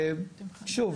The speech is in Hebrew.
ושוב,